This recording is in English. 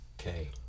okay